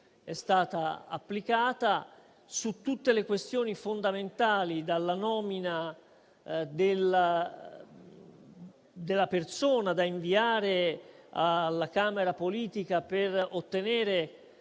è stata applicata. Su tutte le questioni fondamentali (dalla nomina della persona da inviare alla Camera politica per ottenere